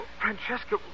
Francesca